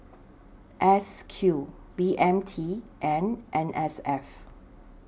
S Q B M T and N S F